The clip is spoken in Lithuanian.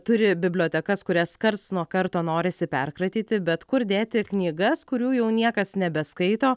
turi bibliotekas kurias karts nuo karto norisi perkratyti bet kur dėti knygas kurių jau niekas nebeskaito